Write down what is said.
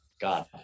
God